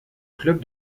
club